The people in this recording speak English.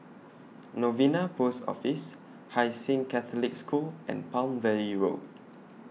Novena Post Office Hai Sing Catholic School and Palm Valley Road